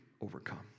overcome